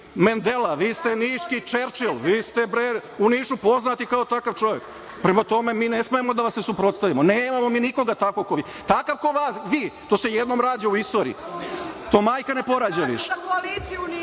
Mendela, vi ste niški Čerčil, vi ste u Nišu poznati kao takav čovek. Prema tome, mi ne smemo da vam se suprotstavimo. Nemamo mi nikog takvog kao što ste vi. Takav kao vi, to se jednom rađa u istoriji, to majka ne porađa više.